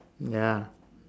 ya